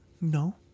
No